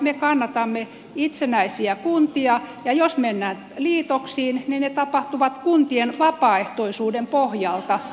me kannatamme itsenäisiä kuntia ja jos mennään liitoksiin niin ne tapahtuvat kuntien vapaaehtoisuuden pohjalta ei pakolla